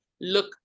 look